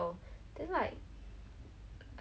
then like we use the microphones so like